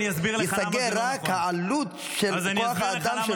תיחסך רק העלות של כוח האדם שלו.